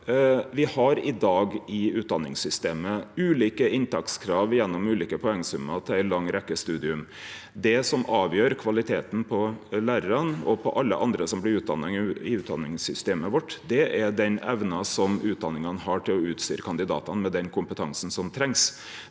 ulike inntakskrav gjennom ulike poengsummar til ei lang rekkje studium. Det som avgjer kvaliteten på lærarane og på alle andre som blir utdanna i utdanningssystemet vårt, er den evna som utdanningane har til å utstyre kandidatane med den kompetansen som trengst.